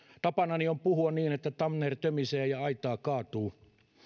tapanani on puhua niin että tanner tömisee ja aitaa kaatuu